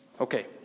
Okay